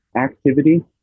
activity